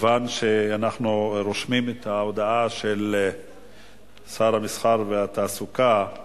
כיוון שאנחנו רושמים את ההודעה של שר המסחר והתעסוקה,